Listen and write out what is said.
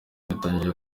yatangaje